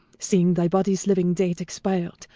seeing thy body's living date expired,